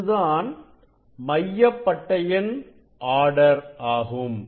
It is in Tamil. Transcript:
இதுதான் மைய பட்டையின் ஆர்டர் ஆகும்